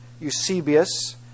Eusebius